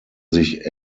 sich